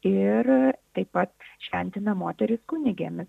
ir taip pat šventina moteris kunigėmis